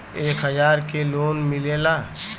एक हजार के लोन मिलेला?